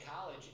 college